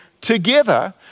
together